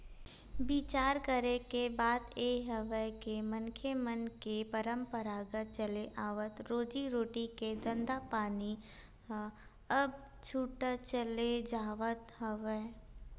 बिचार करे के बात ये हवय के मनखे मन के पंरापरागत चले आवत रोजी रोटी के धंधापानी ह अब छूटत चले जावत हवय